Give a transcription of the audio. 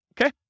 Okay